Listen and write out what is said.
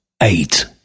Eight